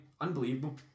Unbelievable